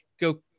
go